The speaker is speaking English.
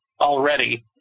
already